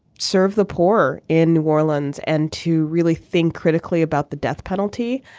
serve the poor in new orleans and to really think critically about the death penalty.